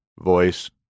voice